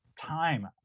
time